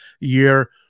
year